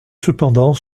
cependant